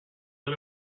win